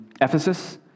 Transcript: Ephesus